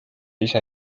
ise